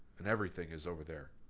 and everything is over there.